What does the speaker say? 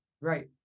Right